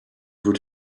would